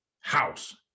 house